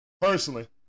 Personally